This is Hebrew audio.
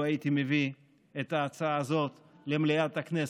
הייתי מביא את ההצעה הזאת למליאת הכנסת.